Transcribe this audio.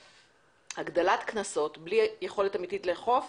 שהגדלת קנסות בלי יכולת אמיתית לאכוף